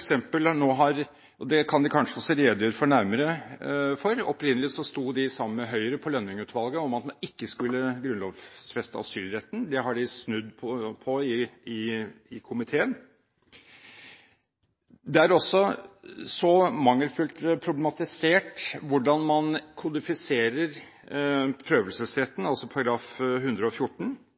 som f.eks. – det kan de kanskje også redegjøre nærmere for – opprinnelig sto sammen med Høyre og Lønning-utvalget om at man ikke skulle grunnlovfeste asylretten. Det har de nå snudd på i komiteen. Det er også så mangelfullt problematisert hvordan man kodifiserer